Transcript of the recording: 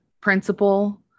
principal